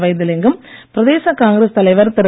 வைத்திலிங்கம் பிரதேச காங்கிரஸ் தலைவர் திரு